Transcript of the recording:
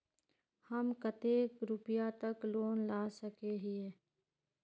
हम कते रुपया तक लोन ला सके हिये?